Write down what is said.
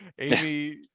Amy